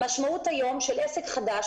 המשמעות היום של עסק חדש,